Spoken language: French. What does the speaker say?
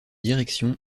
direction